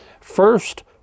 First